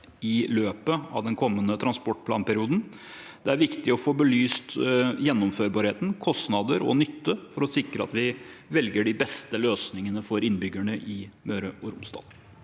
i løpet av den kommende transportplanperioden. Det er viktig å få belyst gjennomførbarhet, kostnader og nytte for å sikre at vi velger de beste løsningene for innbyggerne i Møre og Romsdal.